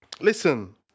Listen